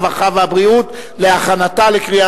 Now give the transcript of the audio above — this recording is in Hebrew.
הרווחה והבריאות נתקבלה.